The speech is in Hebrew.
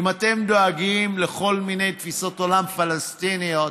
אם אתם דואגים לכל מיני תפיסות עולם פלסטיניות,